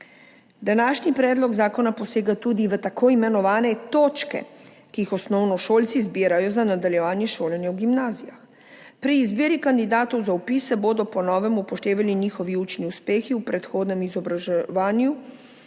Današnji predlog zakona posega tudi v tako imenovane točke, ki jih osnovnošolci zbirajo za nadaljevanje šolanja v gimnazijah. Pri izbiri kandidatov za vpis se bodo po novem upoštevani njihovi učni uspehi v predhodnem izobraževanju